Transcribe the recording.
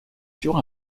sur